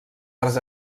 arts